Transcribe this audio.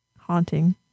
haunting